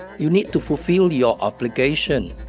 you need to fulfill your obligation.